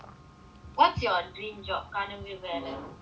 what's your dream job கனவு வேலை:kanavu velai